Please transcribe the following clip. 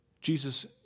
Jesus